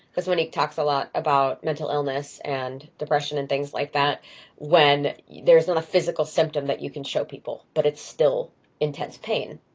cause monique talks a lot about mental illness and depression and things like that when there's not a physical symptom that you can show people but it's still intense pain,